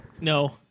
No